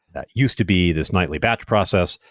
that used to be this nightly batch process.